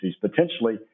potentially